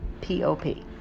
p-o-p